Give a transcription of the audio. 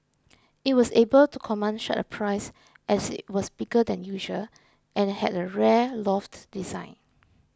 it was able to command such a price as it was bigger than usual and had a rare loft design